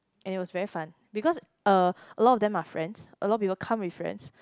and it was very fun because uh a lot of them are friends a lot people come with friends